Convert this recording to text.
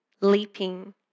leaping